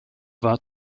war